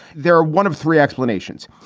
there are one of three explanations.